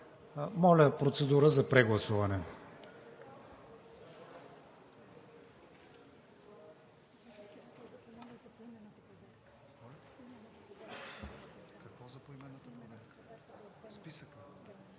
Моля, процедура за прегласуване.